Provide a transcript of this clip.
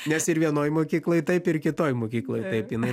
nes ir vienoj mokykloj taip ir kitoj mokykloj taip jinai